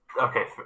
Okay